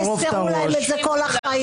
יזכרו להם את זה כל החיים.